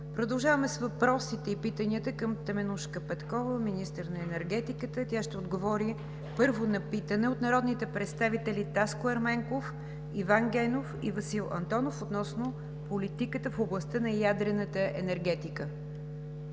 Продължаваме с въпросите и питанията към Теменужка Петкова, министър на енергетиката. Тя ще отговори, първо, на питане от народните представители Таско Ерменков, Иван Генов и Васил Антонов относно политиката в областта на ядрената енергетика.